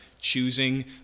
choosing